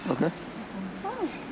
Okay